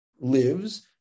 lives